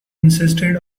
insisted